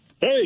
Hey